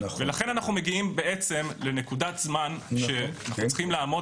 ולכן אנחנו מגיעים לנקודת זמן שאנחנו צריכים לעמוד